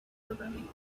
programming